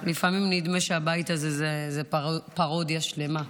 לפעמים נדמה שהבית הזה הוא פרודיה שלמה.